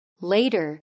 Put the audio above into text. Later